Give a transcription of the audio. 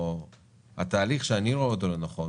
אז התהליך שאני רואה אותו לנכון